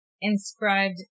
inscribed